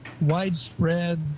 widespread